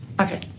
Okay